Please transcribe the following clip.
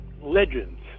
legends